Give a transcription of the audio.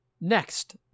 Next